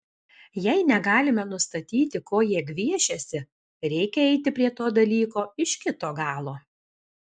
jei negalime nustatyti ko jie gviešiasi reikia eiti prie to dalyko iš kito galo